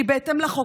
שהיא בהתאם לחוק,